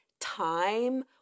time